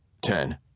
Ten